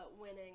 winning